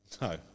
No